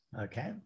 okay